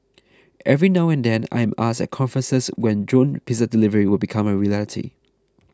every now and then I am asked at conferences when drone pizza delivery will become a reality